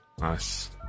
Nice